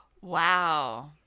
Wow